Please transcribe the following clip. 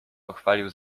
pochwalił